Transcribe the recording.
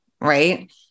Right